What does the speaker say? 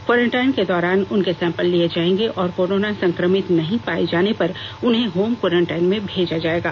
quarantine के दौरान उनके सैंपल लिए जाएंगे और कोरोना संक्रमित नहीं पाए जाने पर उन्हें होम क्वारेंटाइन में भेजा जाएगा